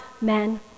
men